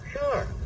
sure